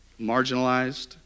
marginalized